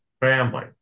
family